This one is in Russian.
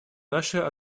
нашей